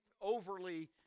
overly